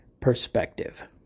perspective